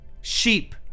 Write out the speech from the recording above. sheep